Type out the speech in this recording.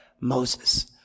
Moses